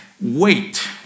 Wait